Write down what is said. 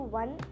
one